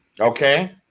Okay